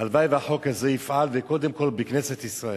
הלוואי שהחוק הזה יפעל, וקודם כול בכנסת ישראל.